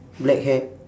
black hair